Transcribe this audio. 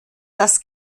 das